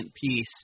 piece